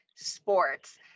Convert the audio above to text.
Sports